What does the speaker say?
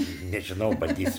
nežinau bandysim